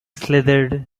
slithered